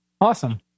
Awesome